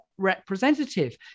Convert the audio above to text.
Representative